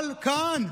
אבל כאן,